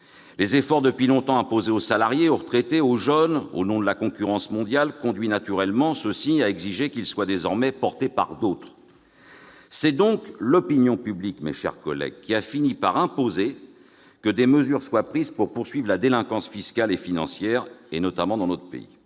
Les efforts imposés depuis longtemps aux salariés, aux retraités, aux jeunes, au nom de la concurrence mondiale conduisent naturellement ceux-ci à exiger que ces efforts soient désormais portés par d'autres. C'est donc l'opinion publique, mes chers collègues, qui a fini par imposer l'adoption de mesures afin de poursuivre la délinquance fiscale et financière, notamment dans notre pays.